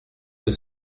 que